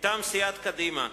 מטעם סיעת קדימה,